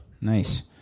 Nice